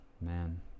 man